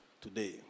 today